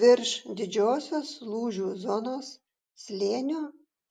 virš didžiosios lūžių zonos slėnio